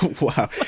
Wow